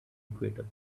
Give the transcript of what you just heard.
equator